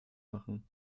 machen